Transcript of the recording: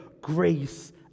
grace